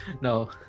No